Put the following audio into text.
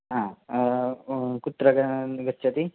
कुत्र गच्छति